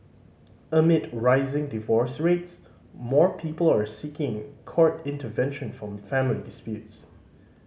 amid rising divorce rates more people are seeking court intervention from family disputes